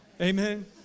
Amen